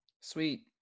Sweet